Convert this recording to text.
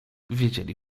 wiedzieli